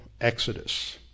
Exodus